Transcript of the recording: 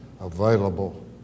available